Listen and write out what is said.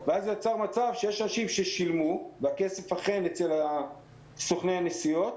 ואז נוצר מצב שיש אנשים ששילמו והכסף אכן אצל סוכני הנסיעות,